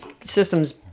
systems